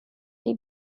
die